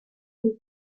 can